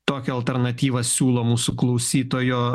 tokią alternatyvą siūlo mūsų klausytojo